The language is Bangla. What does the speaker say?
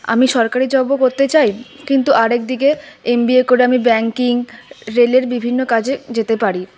আমি সরকারি জবও করতে চাই কিন্তু আরেকদিকে এমবিএ করে আমি ব্যাঙ্কিং রেলের বিভিন্ন কাজে যেতে পারি